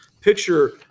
picture